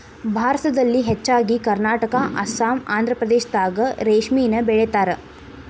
ಭಾರತದಲ್ಲಿ ಹೆಚ್ಚಾಗಿ ಕರ್ನಾಟಕಾ ಅಸ್ಸಾಂ ಆಂದ್ರಪ್ರದೇಶದಾಗ ರೇಶ್ಮಿನ ಬೆಳಿತಾರ